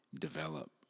develop